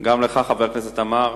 גם לך, חבר הכנסת עמאר,